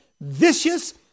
vicious